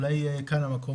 אולי כאן המקום,